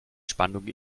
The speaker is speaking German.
spannung